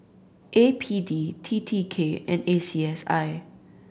A P D T T K and A C S I